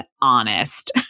honest